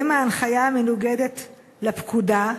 1. האם ההנחיה המנוגדת לפקודה,